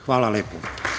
Hvala lepo.